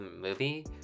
movie